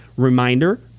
reminder